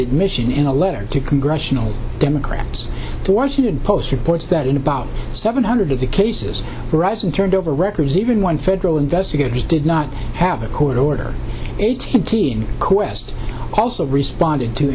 that mission in a letter to congressional democrats to washington post reports that in about seven hundred it's a cases arising turned over records even one federal investigators did not have a court order and teen quest also responded to